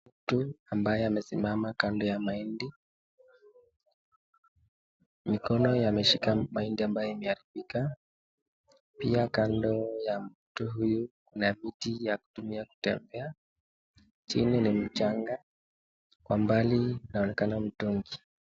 Mtu ambaye amesimama kando ya mahindi mkono ameshika mahindi ambaye imearibika pia kando ya mtu huyu kuna viti ya kutumia kutembea chini ni mchanga kwa mbali inaonekana mtoni.